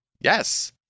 Yes